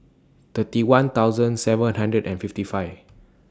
thirty one thousand seven hundred and fifty five